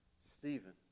Stephen